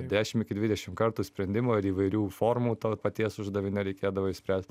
dešim iki dvidešim kartų sprendimo ir įvairių formų to paties uždavinio reikėdavo išspręst